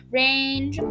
range